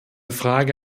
frage